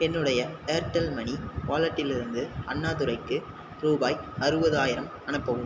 என்னுடைய Airtel money வாலெட்டிலிருந்து அண்ணாதுரைக்கு ரூபாய் அறுபதாயிரம் அனுப்பவும்